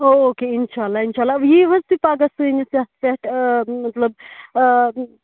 okay اِنشاء اللہ اِنشاء اللہ یِیِو حظ تُہۍ پگاہ سٲنِس یَتھ پٮ۪ٹھ مطلب